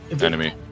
enemy